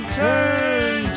turn